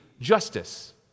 justice